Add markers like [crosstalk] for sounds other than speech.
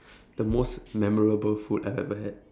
[breath] the most memorable food I've ever had